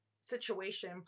situation